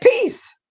peace